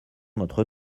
notre